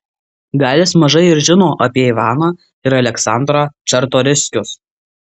gal jis mažai ir žino apie ivaną ir aleksandrą čartoriskius